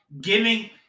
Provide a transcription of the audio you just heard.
giving